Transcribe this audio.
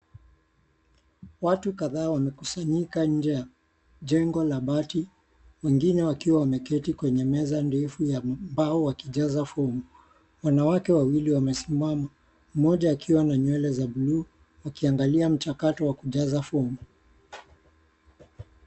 Watu kadhaa wamekusanyika nje ya jengo la bati wengine wakiwa wameketi kwenye meza ndefu ya mbao wakijaza fomu. Wanawake wawili wamesimama, mmoja akiwa na nywele za buluu, wakiangalia mchakato wa kujaza fomu.